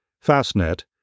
Fastnet